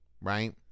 right